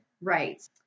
right